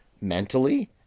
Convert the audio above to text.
mentally